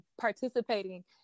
participating